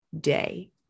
day